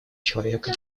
человека